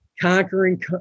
conquering